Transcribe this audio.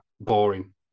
boring